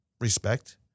respect